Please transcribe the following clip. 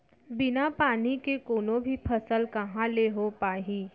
बिना पानी के कोनो भी फसल कहॉं ले हो पाही?